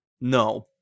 No